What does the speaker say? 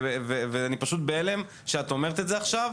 אני פשוט בהם שאת אומרת את זה עכשיו.